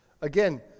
Again